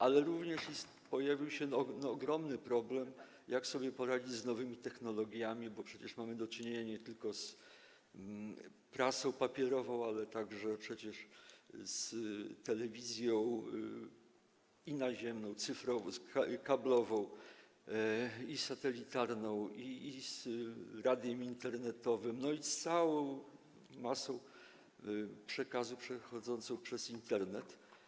Ale również pojawił się ogromny problem, jak sobie poradzić z nowymi technologiami, bo przecież mamy do czynienia nie tylko z prasą papierową, ale też przecież z telewizją i naziemną, i cyfrową, i kablową, i satelitarną, a także z radiem internetowym, no i z całą masą przekazów przechodzących przez Internet.